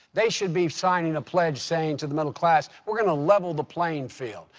they should be signing a pledge saying to the middle class, we're going to level the playing field.